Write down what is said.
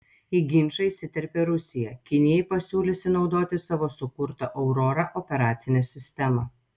į ginčą įsiterpė rusija kinijai pasiūliusi naudotis savo sukurta aurora operacine sistema